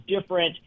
different